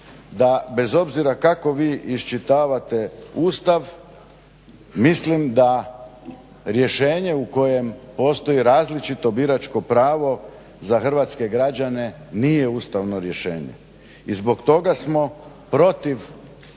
bez obzira kako vi iščitavate Ustav mislim da rješenje u kojem postoji različito biračko pravo za hrvatske građane nije ustavno rješenje. I zbog toga smo protiv ovih